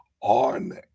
on